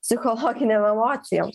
psichologinėm emocijom